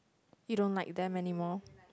you don't like them anymore